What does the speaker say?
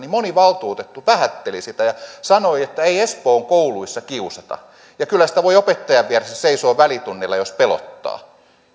moni valtuutettu vähätteli sitä ja sanoi että ei espoon kouluissa kiusata ja että kyllä sitä voi opettajan vieressä seisoa välitunnilla jos pelottaa